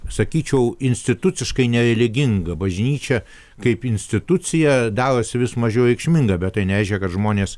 sakyčiau instituciškai nereliginga bažnyčia kaip institucija darosi vis mažiau reikšminga bet tai nereiškia kad žmonės